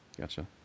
Gotcha